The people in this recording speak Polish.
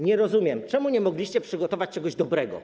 Nie rozumiem, dlaczego nie mogliście przygotować czegoś dobrego.